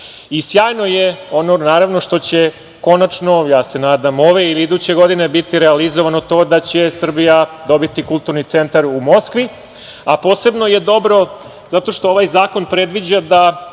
Rusiji. Sjajno je što će konačno, ja se nadam ove ili iduće godine, biti realizovano to da će Srbija dobiti kulturni centar u Moskvi, a posebno je dobro zato što ovaj zakon predviđa da